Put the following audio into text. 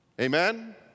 Amen